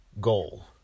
goal